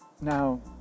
Now